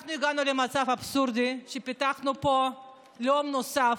אנחנו הגענו למצב אבסורדי שפיתחנו פה לאום נוסף,